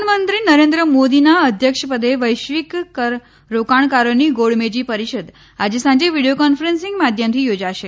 પ્રધાનમંત્રી નરેન્દ્ર મોદીના અધ્યક્ષપદે વૈશ્વિક રોકાણકારોની ગોળમેજી પરિષદ આજે સાંજે વીડિયો કોન્ફરન્સિંગ માધ્યમથી યોજાશે